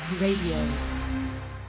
Radio